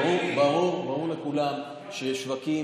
ברור לכולם ששווקים,